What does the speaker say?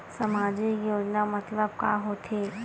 सामजिक योजना मतलब का होथे?